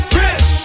rich